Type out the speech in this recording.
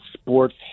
sports